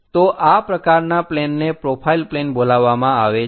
તો આ પ્રકારના પ્લેનને પ્રોફાઇલ પ્લેન બોલાવવામાં આવે છે